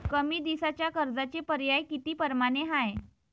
कमी दिसाच्या कर्जाचे पर्याय किती परमाने हाय?